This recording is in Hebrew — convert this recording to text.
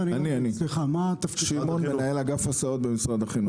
אני שמעון, מנהל אגף הסעות במשרד החינוך.